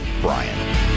Brian